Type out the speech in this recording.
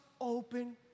open